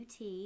UT